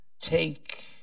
take